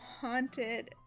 haunted